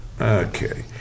Okay